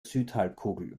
südhalbkugel